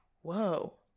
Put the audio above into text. Whoa